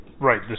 Right